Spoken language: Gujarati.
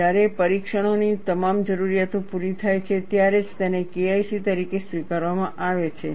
જ્યારે પરીક્ષણઓની તમામ જરૂરિયાતો પૂરી થાય છે ત્યારે જ તેને KIC તરીકે સ્વીકારવામાં આવે છે